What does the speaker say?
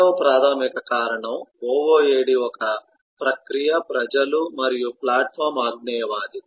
రెండవ ప్రాథమిక కారణం OOAD ఒక ప్రక్రియ ప్రజలు మరియు ప్లాట్ఫాం అజ్ఞేయవాది